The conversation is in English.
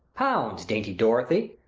pounds, dainty dorothy!